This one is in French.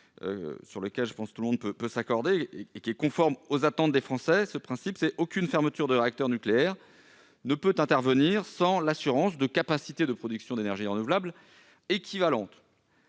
sur lequel tout le monde, me semble-t-il, peut s'accorder et qui est conforme aux attentes des Français : aucune fermeture de réacteur nucléaire ne peut intervenir sans l'assurance de capacités de production d'énergies renouvelables équivalentes.